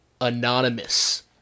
anonymous